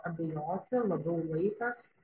abejoti labiau laikas